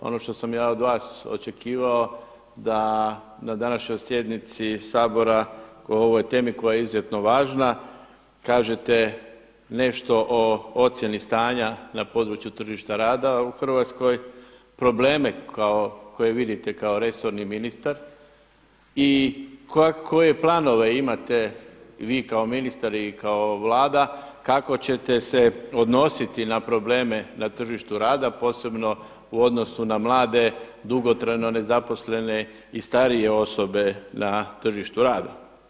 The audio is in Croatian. Ono što sam ja od vas očekivao da na današnjoj sjednici Sabora o ovoj temi koja je izuzetno važna kažete nešto o ocjeni stanja na području tržišta rada u Hrvatskoj, probleme koje vidite kao resorni ministar i koje planove imate vi kao ministar i kao Vlada, kako ćete se odnositi na probleme na tržištu rada posebno u odnosu na mlade, dugotrajno nezaposlene i starije osobe na tržištu rada.